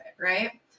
right